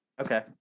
Okay